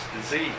disease